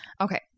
Okay